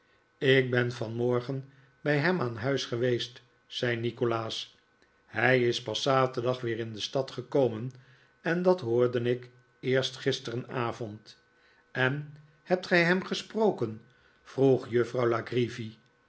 ik ben vanmorgen bij hem aan huis geweest zei nikolaas hij is pas zaterdag weer in de stad gekomen en dat hoorde ik eerst gisterenavond en hebt gij hem gesproken vroeg juffrouw